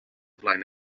flaen